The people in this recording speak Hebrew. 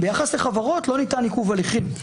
ביחס לחברות לא ניתן עיכוב הליכים,